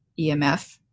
EMF